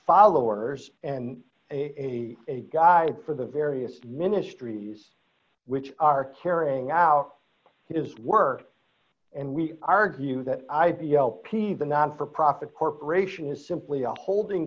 followers and a guide for the various ministries which are carrying out his work and we argue that i p l p the non for profit corporation is simply a holding